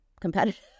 competitive